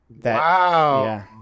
Wow